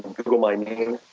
google my name,